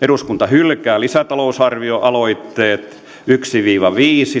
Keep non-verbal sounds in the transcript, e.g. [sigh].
eduskunta hylkää lisätalousarvioaloitteet yksi viiva viisi [unintelligible]